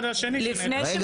לפני שמדברים על התקציב.